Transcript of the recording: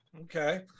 Okay